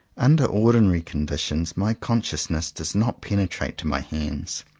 under ordinary conditions my conscious ness does not penetrate to my hands.